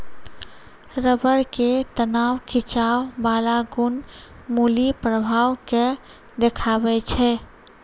rubber के तनाव खिंचाव बाला गुण मुलीं प्रभाव के देखाबै छै